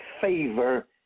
favor